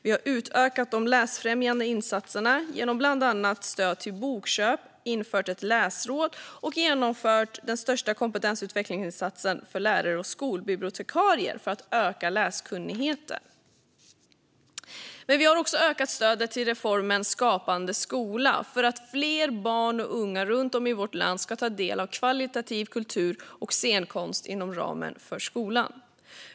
Vi har utökat de läsfrämjande insatserna genom bland annat stöd till bokköp, infört ett läsråd och genomfört den största kompetensutvecklingsinsatsen någonsin för lärare och skolbibliotekarier för att öka läskunnigheten. Vi har ökat stödet till reformen Skapande skola, för att fler barn och unga runt om i vårt land ska ta del av högkvalitativ kultur och scenkonst inom ramen för skolan.